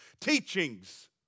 teachings